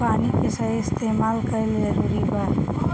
पानी के सही इस्तेमाल कइल जरूरी बा